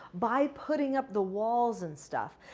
by putting up the walls and stuff,